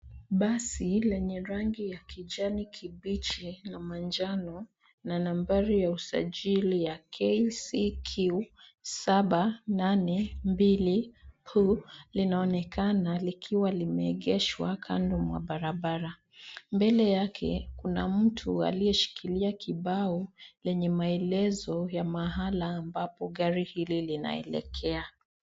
Basi lenye rangi ya kijani kibichi na manjano na nambari ya usajili ya KCQ 782P linaonekana likiwa limeegeshwa kando ya barabara. Mbele yake kuna mtu aliyeshikilia kibao lenye maelezo ya mahala ambapo gari hili linaelekea.